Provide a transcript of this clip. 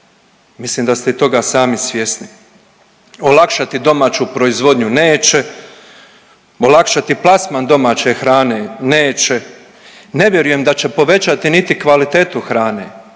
Mislim da ste toga i sami svjesni. Olakšati domaću proizvodnju neće, olakšati plasman domaće hrane neće. Ne vjerujem da će povećati niti kvalitetu hrane,